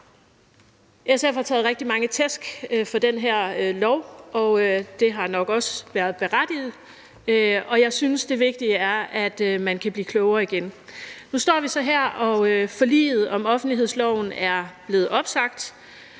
SF har taget rigtig mange tæsk for den her lov, og det har nok også været berettiget, og jeg synes, det vigtige er, at man kan blive klogere igen. Nu står vi så her, og forliget om offentlighedsloven er blevet opsagt.